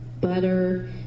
butter